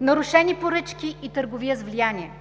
нарушени поръчки и търговия с влияние.